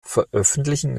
veröffentlichen